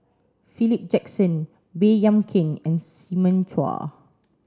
Philip Jackson Baey Yam Keng and Simon Chua